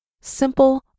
simple